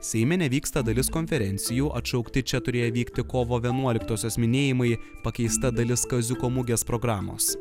seime nevyksta dalis konferencijų atšaukti čia turėję vykti kovo vienuoliktosios minėjimai pakeista dalis kaziuko mugės programos